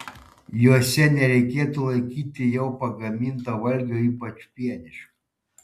juose nereikėtų laikyti jau pagaminto valgio ypač pieniško